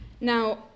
Now